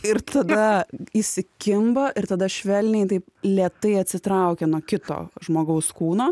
ir tada įsikimba ir tada švelniai taip lėtai atsitraukia nuo kito žmogaus kūno